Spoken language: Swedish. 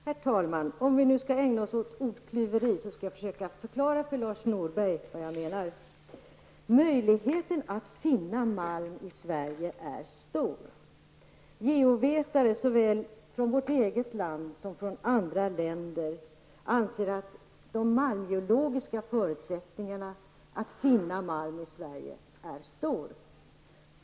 Herr talman! Om vi nu skall ägna oss åt ordklyveri skall jag försöka förklara för Lars Norberg vad jag menar. Möjligheten att finna malm i Sverige är god. Geovetare såväl från vårt eget land som från andra länder anser att de malmgeologiska förutsättningarna att finna malm i Sverige är goda.